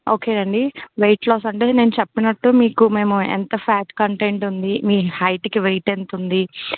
okay అండి weight loss అంటే నేను చెప్పినట్టు మీకు మేము ఎంత ఫాట్ కంటెంట్ ఉంది మీ హైట్కి వైట్ ఎంత ఉంది